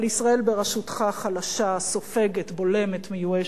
אבל ישראל בראשותך חלשה, סופגת, בולמת, מיואשת.